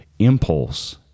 impulse